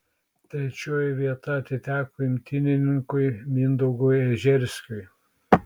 trečioji vieta atiteko imtynininkui mindaugui ežerskiui